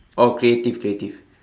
oh creative creative